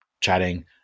chatting